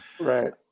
Right